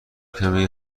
کمی